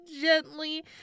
gently